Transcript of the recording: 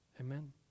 Amen